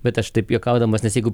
bet aš taip juokaudamas nes jeigu